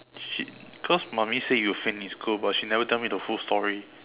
shit cause mummy say you finish school but she never tell me the full story